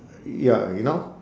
ya you know